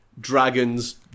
dragons